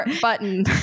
Button